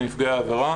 לנפגעי העבירה